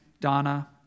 Donna